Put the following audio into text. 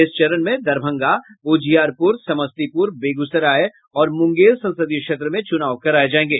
इस चरण में दरभंगा उजियारपुर समस्तीपुर बेगूसराय और मुंगेर संसदीय क्षेत्रों में चुनाव कराये जायेंगे